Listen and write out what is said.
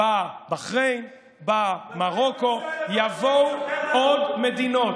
באה בחריין, באה מרוקו, יבואו עוד מדינות.